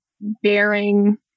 bearing